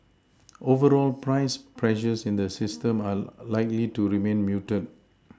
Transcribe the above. overall price pressures in the system are likely to remain muted